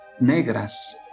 negras